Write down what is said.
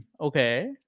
okay